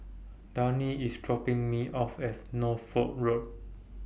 Dwayne IS dropping Me off At Norfolk Road